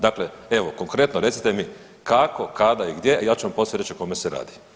Dakle, evo konkretno recite mi kako, kada i gdje, a ja ću vam poslije reći o kome se radi.